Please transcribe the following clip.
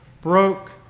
broke